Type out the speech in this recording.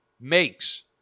makes